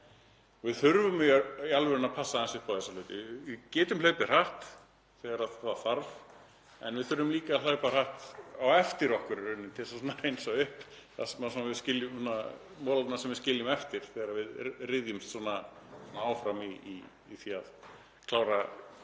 Við þurfum í alvörunni að passa upp á þessa hluti. Við getum hlaupið hratt þegar það þarf. En við þurfum líka að hlaupa hratt á eftir okkur í rauninni, til að hreinsa upp molana sem við skiljum eftir þegar við ryðjumst svona áfram í því að klára